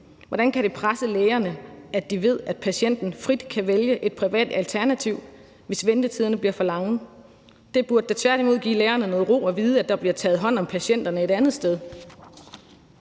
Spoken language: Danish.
Hvordan kan det presse lægerne, at de ved, at patienten frit kan vælge et privat alternativ, hvis ventetiderne bliver for lange? Det burde da tværtimod give lægerne noget ro at vide, at der bliver taget hånd om patienterne et andet sted.